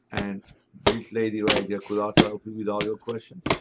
and this lady right here could also help you with all your question.